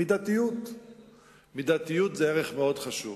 מידתיות היא ערך חשוב מאוד.